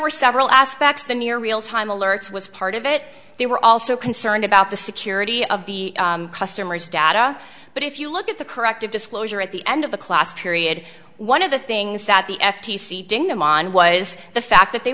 were several aspects the near real time alerts was part of it they were also concerned about the security of the customer's data but if you look at the corrective disclosure at the end of the class period one of the things that the f t c didn't come on was the fact that they